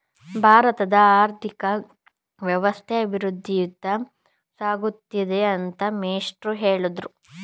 ಭಾರತದ ಆರ್ಥಿಕ ವ್ಯವಸ್ಥೆ ಅಭಿವೃದ್ಧಿಯತ್ತ ಸಾಗುತ್ತಿದೆ ಅಂತ ಮೇಷ್ಟ್ರು ಹೇಳಿದ್ರು